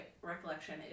recollection